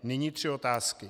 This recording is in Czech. Nyní tři otázky.